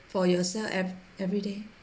for yourself ev~ every day